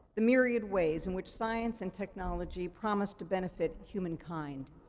the myriad ways in which science and technology promise to benefit humankind.